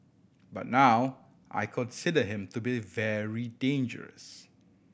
but now I consider him to be very dangerous